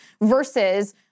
versus